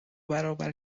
برابر